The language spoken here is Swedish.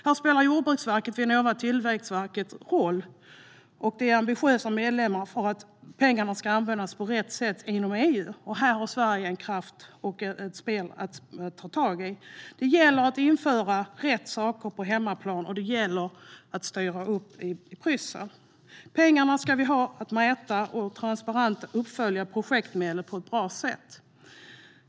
Här spelar Jordbruksverket, Vinnova och Tillväxtverket roll, och de är ambitiösa medlemmar när det gäller att pengarna från EU ska användas på rätt sätt. Sverige har här något att ta tag i. Vi måste införa rätt saker på hemmaplan, och det gäller att styra upp i Bryssel. Pengarna ska vi ha för att mäta och transparent följa upp projektmedel på ett bra sätt.